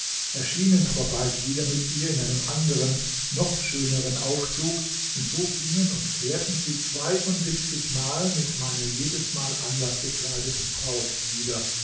erschienen aber bald wieder mit ihr in einem anderen noch schöneren aufzug und so gingen und kehrten sie zweiundsiebzigmal mit meiner jedesmal anders gekleideten braut wieder